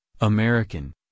American